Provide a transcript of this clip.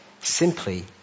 simply